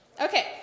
Okay